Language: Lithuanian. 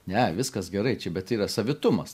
ne viskas gerai čia bet yra savitumas